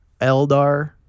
eldar